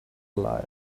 alive